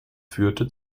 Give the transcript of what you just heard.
führte